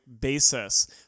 basis